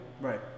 Right